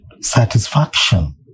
satisfaction